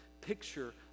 picture